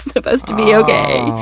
supposed to be ok. oh.